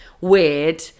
weird